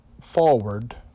forward